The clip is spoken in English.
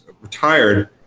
retired